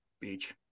Beach